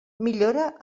millora